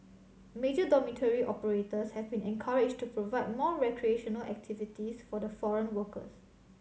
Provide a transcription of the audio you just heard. major dormitory operators have been encouraged to provide more recreational activities for the foreign workers